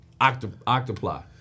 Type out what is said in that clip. Octoply